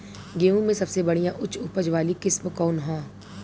गेहूं में सबसे बढ़िया उच्च उपज वाली किस्म कौन ह?